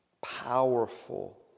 powerful